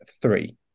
three